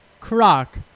Croc